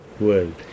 world